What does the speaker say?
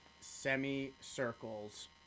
semi-circles